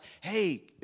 hey